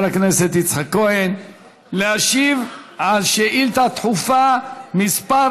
הכנסת יצחק כהן להשיב על שאילתה דחופה מס'